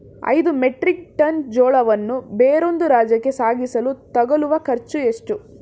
ಐದು metric ton ಜೋಳವನ್ನು ಬೇರೊಂದು ರಾಜ್ಯಕ್ಕೆ ಸಾಗಿಸಲು ತಗಲುವ ಖರ್ಚು ಎಷ್ಟು?